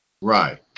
right